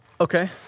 Okay